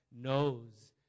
knows